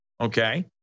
Okay